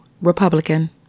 Republican